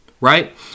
right